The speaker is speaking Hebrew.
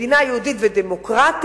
מדינה יהודית ודמוקרטית,